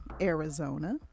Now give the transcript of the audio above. Arizona